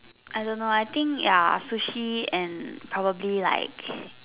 I don't know I think ya sushi and probably like